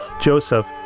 Joseph